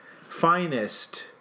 finest